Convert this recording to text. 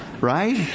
Right